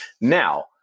Now